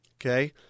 Okay